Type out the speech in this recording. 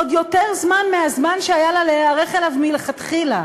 עוד יותר זמן מהזמן שהיה לה להיערך אליו מלכתחילה.